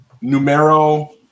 numero